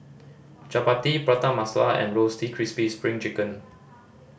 chappati Prata Masala and Roasted Crispy Spring Chicken